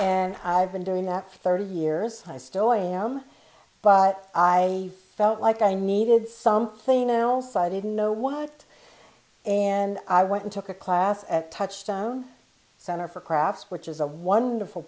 and i've been doing that for thirty years i still am but i felt like i needed something else i didn't know what would and i went and took a class at touchstone center for crafts which is a wonderful